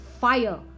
fire